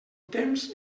temps